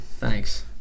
Thanks